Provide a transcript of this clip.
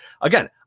Again